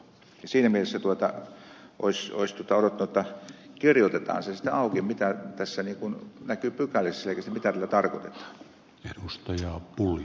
siinä mielessä olisi odottanut jotta kirjoitetaan se sitten auki mitä tässä näkyy pykälissä eikä sitä mitä tällä tarkoitetaan